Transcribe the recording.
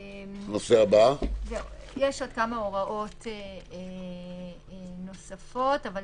יש עוד כמה הוראות נוספות, אבל